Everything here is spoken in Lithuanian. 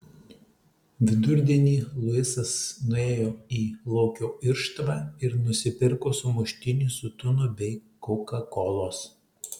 vidurdienį luisas nuėjo į lokio irštvą ir nusipirko sumuštinį su tunu bei kokakolos